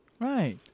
Right